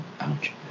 Ouch